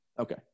Okay